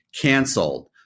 canceled